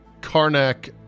Karnak